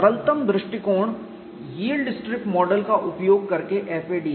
सरलतम दृष्टिकोण yield strip model का उपयोग करके FAD है